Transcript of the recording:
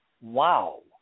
Wow